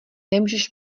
nemůžeš